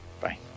Bye